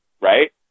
right